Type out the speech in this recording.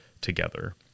together